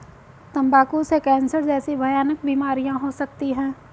तंबाकू से कैंसर जैसी भयानक बीमारियां हो सकती है